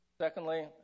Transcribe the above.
Secondly